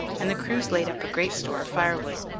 and the crews laid up a great store of firewood.